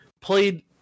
played